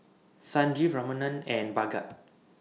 Sanjeev Ramanand and Bhagat